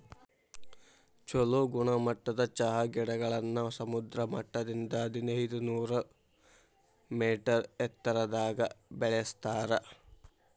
ಚೊಲೋ ಗುಣಮಟ್ಟದ ಚಹಾ ಗಿಡಗಳನ್ನ ಸಮುದ್ರ ಮಟ್ಟದಿಂದ ಹದಿನೈದನೂರ ಮೇಟರ್ ಎತ್ತರದಾಗ ಬೆಳೆಸ್ತಾರ